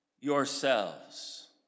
yourselves